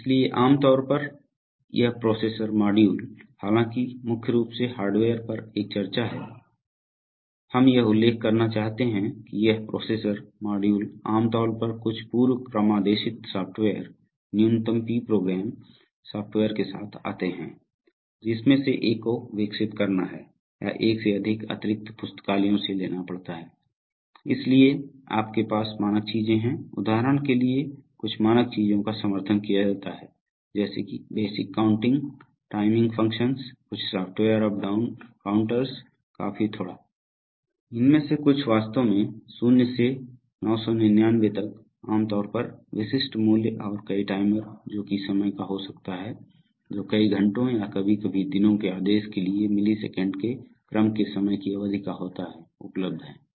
इसलिए आमतौर पर यह प्रोसेसर मॉड्यूल हालांकि यह मुख्य रूप से हार्डवेयर पर एक चर्चा है हम यह उल्लेख करना चाहते हैं कि यह प्रोसेसर मॉड्यूल आमतौर पर कुछ पूर्व क्रमादेशित सॉफ्टवेयर न्यूनतम P प्रोग्राम सॉफ्टवेयर के साथ आते हैं जिसमें से एक को विकसित करना है या एक से अधिक अतिरिक्त पुस्तकालयों से लेना पड़ता है इसलिए आपके पास मानक चीजें हैं उदाहरण के लिए कुछ मानक चीजों का समर्थन किया जाता है जैसे कि बेसिक काउंटिंग टाइमिंग फंक्शंस कुछ सॉफ्टवेयर अप डाउन काउंटर्स काफी थोड़ा उनमें से कुछ वास्तव में 0 से 999 तक आम तौर पर विशिष्ट मूल्य और कई टाइमर जो कि समय का हो सकता है जो कई घंटों या कभी कभी दिनों के आदेश के लिए मिलीसेकंड के क्रम के समय की अवधि का होता है उपलब्ध हैं